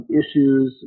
issues